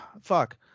fuck